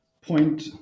point